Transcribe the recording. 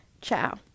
Ciao